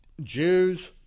Jews